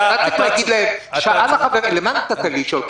לשם מה נתת לי לשאול?